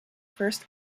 first